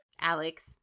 Alex